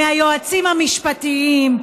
מהיועצים המשפטיים,